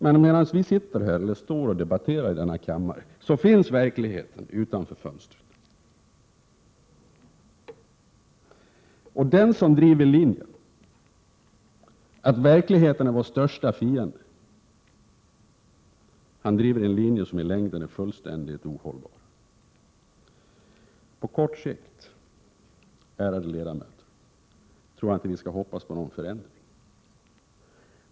Men medan vi står och debatterar i denna kammare finns verkligheten utanför fönstren. Och den som driver linjen att verkligheten är vår största fiende driver en linje som i längden är fullständigt ohållbar. På kort sikt, ärade ledamöter, tror jag inte vi skall hoppas på någon förändring.